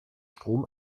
strom